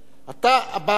אתה הבא אחרי אייכלר.